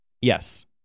Yes